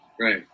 right